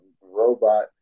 robot